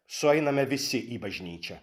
sueiname visi į bažnyčią